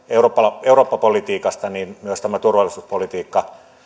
eurooppa eurooppa politiikasta niin myös tämä turvallisuuspolitiikka